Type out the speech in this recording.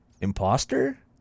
Imposter